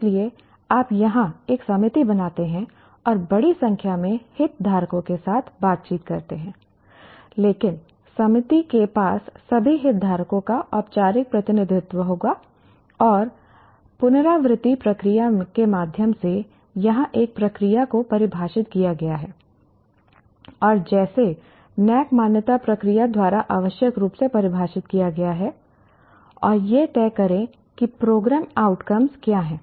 इसलिए आप यहां एक समिति बनाते हैं और बड़ी संख्या में हितधारकों के साथ बातचीत करते हैं लेकिन समिति के पास सभी हितधारकों का औपचारिक प्रतिनिधित्व होगा और पुनरावृति प्रक्रिया के माध्यम से यहां एक प्रक्रिया को परिभाषित किया गया है और जिसे NAAC मान्यता प्रक्रिया द्वारा आवश्यक रूप से परिभाषित किया गया है और यह तय करें कि प्रोग्राम आउटकम्स क्या हैं